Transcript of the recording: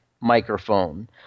microphone